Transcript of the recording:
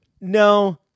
No